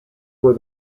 were